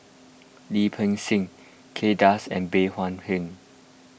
Lim Peng Siang Kay Das and Bey Hua Heng